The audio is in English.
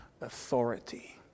Authority